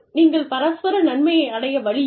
நீங்கள் பரஸ்பர நன்மையை அடைய வழி இல்லை